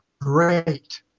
great